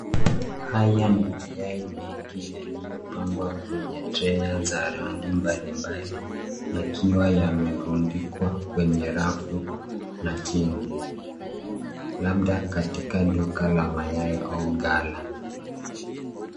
Haya ni mayai mengi yaliyopangwa kwenye [ cs] tray [ cs] za rangi mbali mbali yakiwa yamerundikwa kwenye rafu na chini labda katikati duka la mayai au gala.